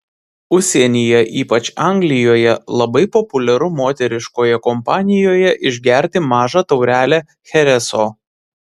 užsienyje ypač anglijoje labai populiaru moteriškoje kompanijoje išgerti mažą taurelę chereso